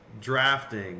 drafting